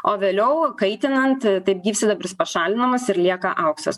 o vėliau kaitinant taip gyvsidabris pašalinamas ir lieka auksas